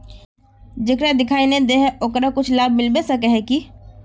जेकरा दिखाय नय दे है ओकरा कुछ लाभ मिलबे सके है की?